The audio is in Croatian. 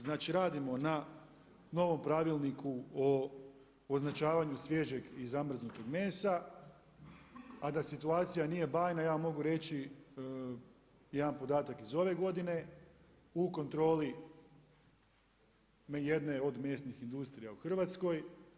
Znači radimo na novom pravilniku o označavanju svježeg i zamrznutog mesa, a da situacija nije bajna ja mogu reći jedan podatak iz ove godine u kontroli jedne od mesnih industrija u Hrvatskoj.